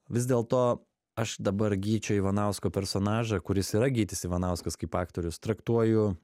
vis dėlto aš dabar gyčio ivanausko personažą kuris yra gytis ivanauskas kaip aktorius traktuoju